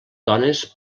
dones